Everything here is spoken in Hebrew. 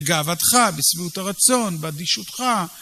גאוותך, בשביעות הרצון, באדישותך.